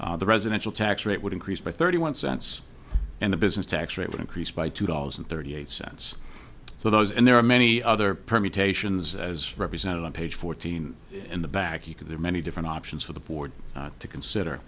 burden the residential tax rate would increase by thirty one cents and the business tax rate would increase by two dollars and thirty eight cents so those and there are many other permutations as represented on page fourteen in the back you could have many different options for the board to consider